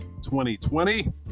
2020